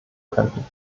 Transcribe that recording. könnten